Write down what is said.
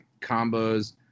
combos